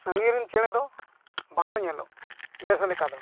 ᱥᱟᱺᱜᱤᱧ ᱨᱮᱱ ᱪᱮᱬᱮ ᱫᱚ ᱵᱟᱠᱚ ᱧᱮᱞᱚᱜ ᱵᱮᱥ ᱞᱮᱠᱟ ᱫᱚ